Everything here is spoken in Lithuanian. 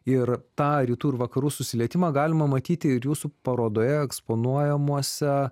ir tą rytų ir vakarų susilietimą galima matyti ir jūsų parodoje eksponuojamuose